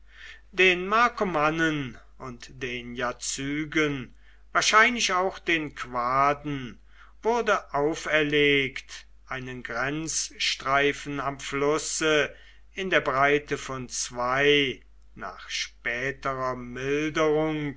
den markomannen und den jazygen wahrscheinlich auch den quaden wurde auferlegt einen grenzstreifen am flusse in der breite von zwei nach späterer milderung